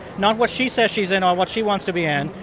not what she says she's in or what she wants to be in,